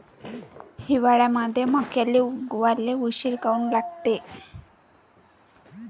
हिवाळ्यामंदी मक्याले उगवाले उशीर काऊन लागते?